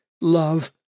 love